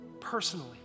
personally